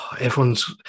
everyone's